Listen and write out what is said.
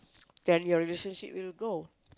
then your relationship will go